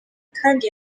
kandi